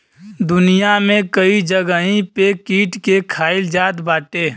दुनिया में कई जगही पे कीट के खाईल जात बाटे